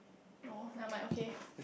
no never mind okay